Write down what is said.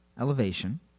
Elevation